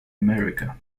america